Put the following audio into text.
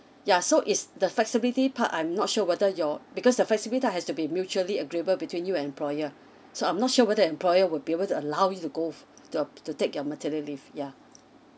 yeah so it's the flexibility part I'm not sure whether your because the flexibility has to be mutually agreeable between you and employer so I'm not sure whether employer would be able to allow you to go to uh to take your maternity leave yeah